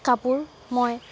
কাপোৰ মই